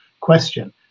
question